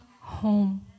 home